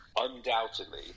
undoubtedly